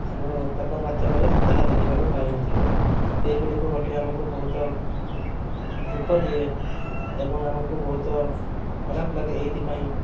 ଆମର ପେପର୍ ମାଧ୍ୟମରେ ତାହା ଦେଖିବାକୁ ପାଇନଥିଲୁ ଏହି ଗୁଡ଼ିକ ଗୋଟିଏ ଆମକୁ ବହୁତ ଦୁଃଖ ଦିଏ ଏବଂ ଆମକୁ ବହୁତ ଖରାପ ଲାଗେ ଏଥିପାଇଁ